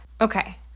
Okay